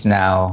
now